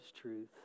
truth